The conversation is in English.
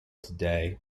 today